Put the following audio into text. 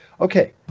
Okay